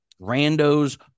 randos